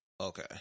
Okay